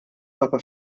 papa